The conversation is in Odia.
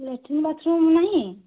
ଲାଟିନ୍ ବାଥରୁମ୍ ନାହିଁ